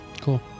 Cool